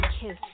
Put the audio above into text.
kiss